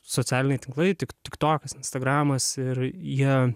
socialiniai tinklai tik tiktokas instagramas ir jie